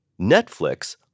Netflix